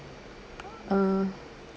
uh